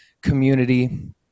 community